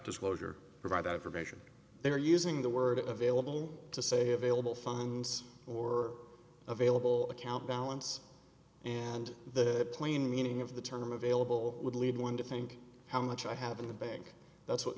disclosure provide that information they were using the word it available to say available funds or available account balance and the plain meaning of the term available would lead one to think how much i have in the bank that's what